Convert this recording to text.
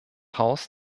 haus